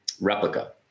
replica